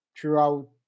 throughout